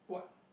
what